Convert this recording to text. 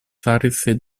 zarysy